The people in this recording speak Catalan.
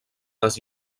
les